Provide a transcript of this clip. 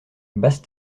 basse